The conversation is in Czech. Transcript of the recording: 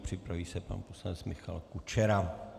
Připraví se pan poslanec Michal Kučera.